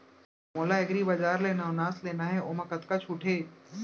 मोला एग्रीबजार ले नवनास लेना हे ओमा कतका छूट हे?